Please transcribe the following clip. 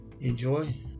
enjoy